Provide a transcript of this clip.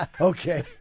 Okay